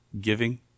giving